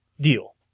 deal